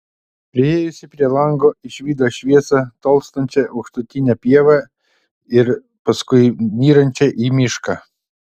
priėjusi prie lango išvydo šviesą tolstančią aukštutine pieva ir paskui nyrančią į mišką